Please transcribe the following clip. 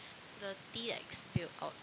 the tea like spilled out